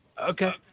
Okay